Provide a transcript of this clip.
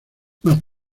más